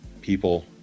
people